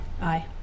Aye